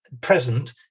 present